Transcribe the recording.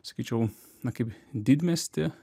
sakyčiau na kaip didmiesty